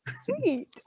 Sweet